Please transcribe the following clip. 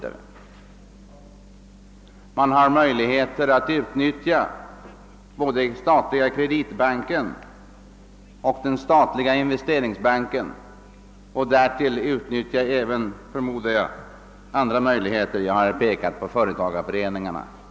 Det är också möjligt att utnyttja både den statliga kreditbanken och den statliga investeringsbanken liksom — förmodar jag — exempelvis företagareföreningarna och andra.